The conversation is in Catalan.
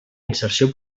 inserció